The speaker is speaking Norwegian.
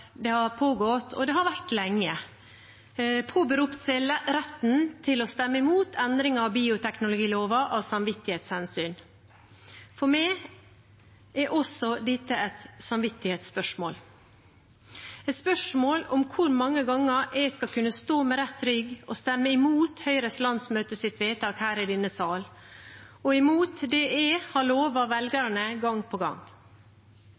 det har pågått – og det har vært lenge – påberopt seg retten til å stemme imot endringer i biologiteknologiloven av samvittighetshensyn. Også for meg er dette et samvittighetsspørsmål – et spørsmål om hvor mange ganger jeg skal kunne stå med rett rygg og stemme imot Høyres landsmøtes vedtak her i denne sal, og imot det jeg har lovet velgerne gang på gang.